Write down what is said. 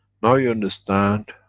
now you understand,